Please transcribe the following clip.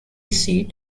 seat